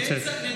נמצאת.